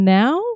now